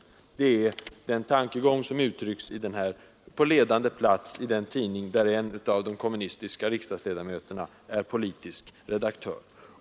Det är den tankegång som uttrycks på ledande plats i den tidning där en av de kommunistiska riksdagsledamöterna är politisk redaktör.